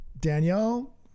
Danielle